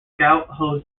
scout